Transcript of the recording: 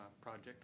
project